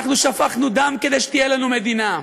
אנחנו שפכנו דם כדי שתהיה לנו מדינה.